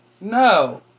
No